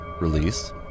release